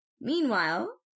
Meanwhile